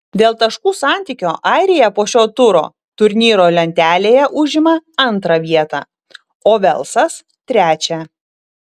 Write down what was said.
dėl taškų santykio airija po šio turo turnyro lentelėje užima antrą vietą o velsas trečią